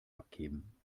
abgeben